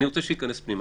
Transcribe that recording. אני רוצה שייכנס פנימה.